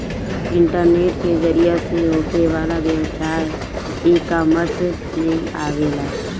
internet के जरिया से होखे वाला व्यवसाय इकॉमर्स में आवेला